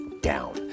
down